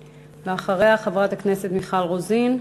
ואחריה, חברת הכנסת מיכל רוזין.